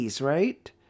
right